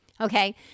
okay